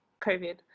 COVID